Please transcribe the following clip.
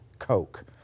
Coke